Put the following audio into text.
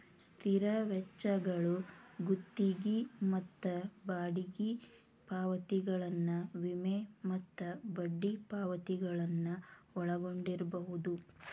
ಸ್ಥಿರ ವೆಚ್ಚಗಳು ಗುತ್ತಿಗಿ ಮತ್ತ ಬಾಡಿಗಿ ಪಾವತಿಗಳನ್ನ ವಿಮೆ ಮತ್ತ ಬಡ್ಡಿ ಪಾವತಿಗಳನ್ನ ಒಳಗೊಂಡಿರ್ಬಹುದು